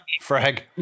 frag